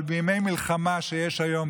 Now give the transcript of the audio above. אבל בימי מלחמה שיש היום,